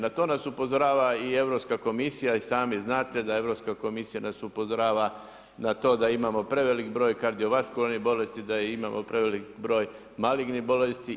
Na to nas upozorava i Europska komisija i sami znate da Europska komisija nas upozorava na to da imamo preveliki broj kardiovaskularnih bolesti, da imamo preveliki broj magilnih bolesti.